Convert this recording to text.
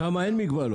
שם אין מגבלות.